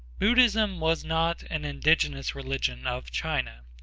buddhism was not an indigenous religion of china.